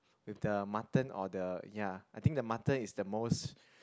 with the mutton or the ya I think the mutton is the most